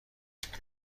دیگه